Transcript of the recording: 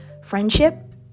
Friendship